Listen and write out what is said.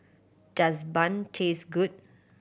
does bun taste good